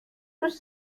دوست